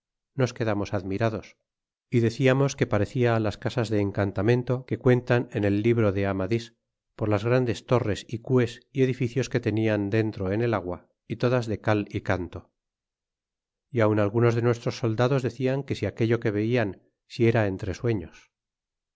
nos quedamos admirados y deciarnos que parecia las casas de encantamento que cuentan en el libro de aroadis por las grandes torres y enes y edificios que tenian dentro en el agua y todas de cal y canto y aun algunos de nuestros soldados decian que si aquello que vejan si era entre sueños